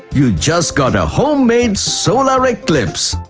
you just got a home-made solar eclipse!